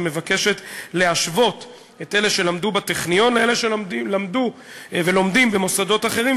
מבקשת להשוות את אלה שלמדו בטכניון לאלה שלמדו ולומדים במוסדות אחרים,